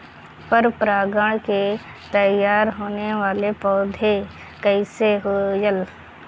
पर परागण से तेयार होने वले पौधे कइसे होएल?